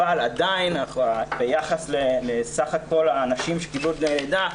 אבל עדיין ביחס לסך הכול האנשים שקיבלו דמי לידה,